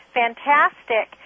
fantastic